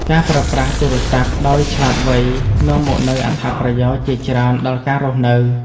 ការប្រើប្រាស់ទូរស័ព្ទដោយឆ្លាតវៃ នាំមកនូវអត្ថប្រយោជន៍ជាច្រើនដល់ការរស់នៅ។